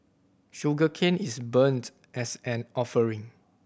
sugarcane is burnt as an offering